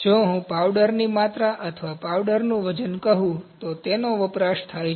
જો હું પાવડરની માત્રા અથવા પાવડરનું વજન કહું તો તેનો વપરાશ થાય છે